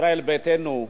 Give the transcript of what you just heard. ישראל ביתנו.